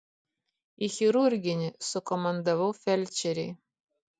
į chirurginį sukomandavau felčerei